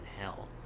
hell